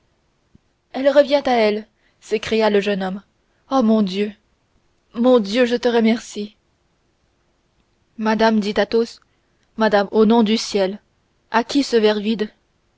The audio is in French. elle revient à elle s'écria le jeune homme oh mon dieu mon dieu je te remercie madame dit athos madame au nom du ciel à qui ce verre vide